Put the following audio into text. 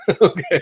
Okay